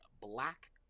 Black